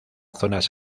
zonas